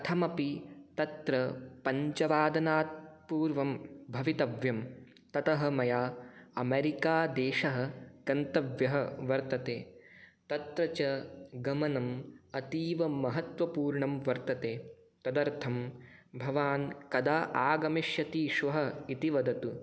कथमपि तत्र पञ्चवादनात् पूर्वं भवितव्यं ततः मया अमेरिकादेशः गन्तव्यः वर्तते तत्र च गमनम् अतीवमहत्त्वपूर्णं वर्तते तदर्थं भवान् कदा आगमिष्यति श्वः इति वदतु